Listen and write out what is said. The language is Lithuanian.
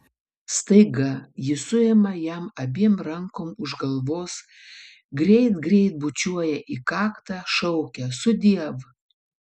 staiga ji suima jam abiem rankom už galvos greit greit bučiuoja į kaktą šaukia sudiev